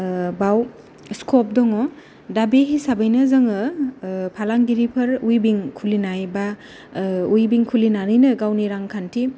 बाव स्कप दङ दा बे हिसाबैनो जोङो फालांगिरिफोर उइभिं खुलिनाय बा उइभिं खुलिनानैनो गावनि रांखान्थि